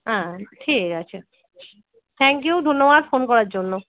হ্যাঁ ঠিক আছে থ্যাংক ইউ ধন্যবাদ ফোন করার জন্য